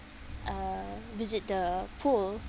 uh visit the pool